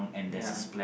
ya